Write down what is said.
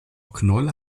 knolle